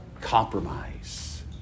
compromise